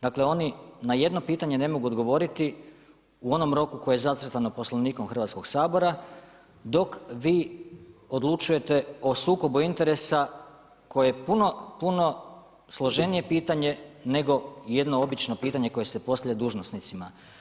Dakle oni na jedno pitanje ne mogu odgovoriti u onom roku koje je zacrtano Poslovnikom Hrvatskoga sabora dok vi odlučujete o sukobu interesa koje je puno, puno složenije pitanje nego jedno obično pitanje koje se postavlja dužnosnicima.